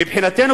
מבחינתנו,